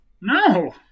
No